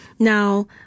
Now